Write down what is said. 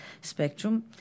spectrum